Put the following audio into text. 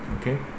Okay